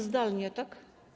Zdalnie, tak?